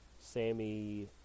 Sammy